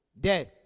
Death